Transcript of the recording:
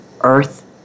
earth